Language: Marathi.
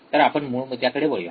तर आपण मूळ मुद्द्याकडे वळूया